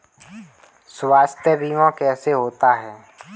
स्वास्थ्य बीमा कैसे होता है?